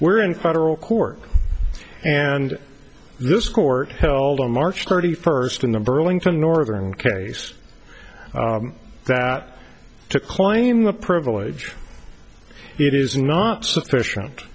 we're in federal court and this court held on march thirty first in the burlington northern case that to claim a privilege it is not sufficient